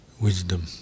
wisdom